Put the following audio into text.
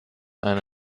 eine